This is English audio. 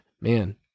man